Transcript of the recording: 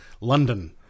London